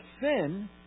sin